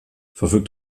verfügt